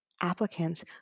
applicants